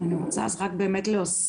אני רוצה רק להוסיף,